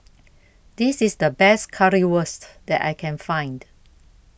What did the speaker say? This IS The Best Currywurst that I Can Find